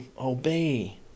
obey